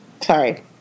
Sorry